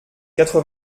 quatre